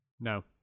No